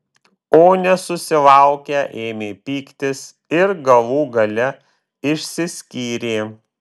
o nesusilaukę ėmė pyktis ir galų gale išsiskyrė